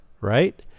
Right